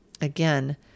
again